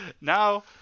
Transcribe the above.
Now